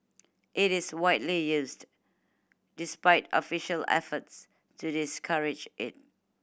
it is widely used despite official efforts to discourage it